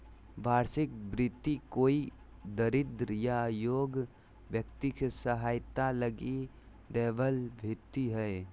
वार्षिक भृति कोई दरिद्र या योग्य व्यक्ति के सहायता लगी दैबल भित्ती हइ